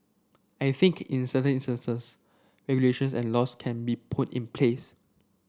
I think in certain instances regulations and laws can be put in place